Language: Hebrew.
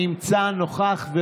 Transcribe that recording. נוכח,